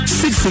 six